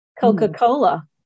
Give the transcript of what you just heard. coca-cola